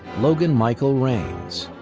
logan michael rains,